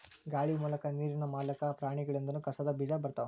ಗಾಳಿ ಮೂಲಕಾ ನೇರಿನ ಮೂಲಕಾ, ಪ್ರಾಣಿಗಳಿಂದನು ಕಸದ ಬೇಜಾ ಬರತಾವ